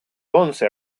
once